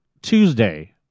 tuesday